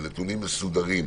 ונתונים מסודרים.